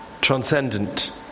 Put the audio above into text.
transcendent